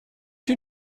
you